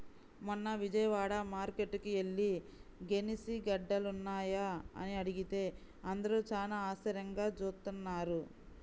మొన్న విజయవాడ మార్కేట్టుకి యెల్లి గెనిసిగెడ్డలున్నాయా అని అడిగితే అందరూ చానా ఆశ్చర్యంగా జూత్తన్నారు